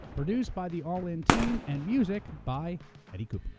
produced by the all in team and music by eddie cooper.